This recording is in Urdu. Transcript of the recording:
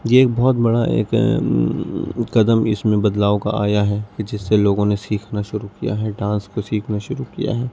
یہ ایک بہت بڑا ایک قدم اس میں بدلاؤ کا آیا ہے کہ جس سے لوگوں نے سیکھنا شروع کیا ہے ڈانس کو سیکھنا شروع کیا ہے